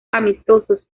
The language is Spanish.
amistosos